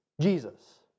Jesus